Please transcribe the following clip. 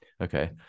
okay